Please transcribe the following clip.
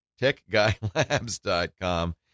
techguylabs.com